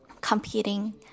competing